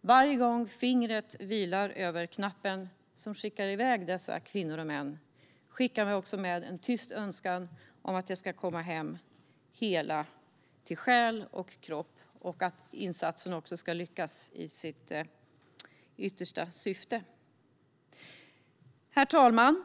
Varje gång fingret vilar över knappen som skickar iväg dessa kvinnor och män skickar vi också med en tyst önskan om att de ska komma hem hela till själ och kropp och om att insatsen ska lyckas i sitt yttersta syfte. Herr ålderspresident!